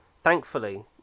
thankfully